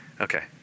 Okay